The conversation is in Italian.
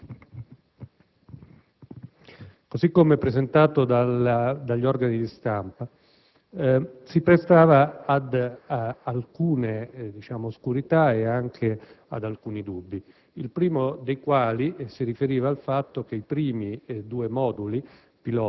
così come presentato dagli organi di stampa, presentava alcune oscurità e suscitava alcuni dubbi, il primo dei quali si riferiva al fatto che i primi due moduli